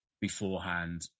beforehand